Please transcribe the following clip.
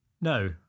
No